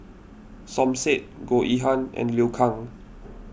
Som Said Goh Yihan and Liu Kang